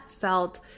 felt